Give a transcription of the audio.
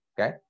okay